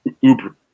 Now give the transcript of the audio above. uber-